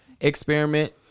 experiment